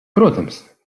protams